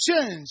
change